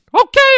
Okay